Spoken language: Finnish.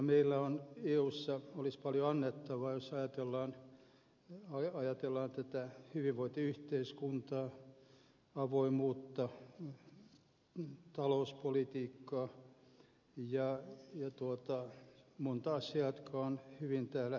meillä olisi eussa paljon annettavaa jos ajatellaan tätä hyvinvointiyhteiskuntaa avoimuutta talouspolitiikkaa ja montaa asiaa jotka on hyvin täällä järjestetty